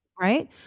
right